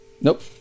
Nope